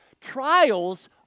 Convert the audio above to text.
Trials